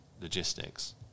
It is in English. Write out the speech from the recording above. logistics